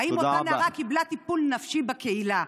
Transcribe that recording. האם אותה נערה קיבלה טיפול נפשי בקהילה?